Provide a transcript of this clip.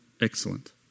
Excellent